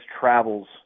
travels